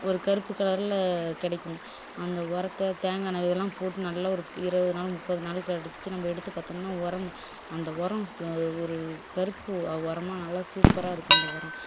ஒரு கருப்பு கலரில் கிடைக்கும் அந்த உரத்த தேங்காய் எண்ணெய் இதெல்லாம் போட்டு நல்லா ஒரு இருபது நாள் முப்பது நாள் கழித்து நம்ம எடுத்து பார்த்தோம்னா உரம் அந்த உரம் ஒரு கருப்பு உரமா நல்லா சூப்பராக இருக்கும் அந்த உரம்